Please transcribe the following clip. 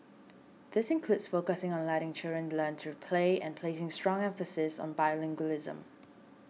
these include focusing on letting children learn through play and placing strong emphasis on bilingualism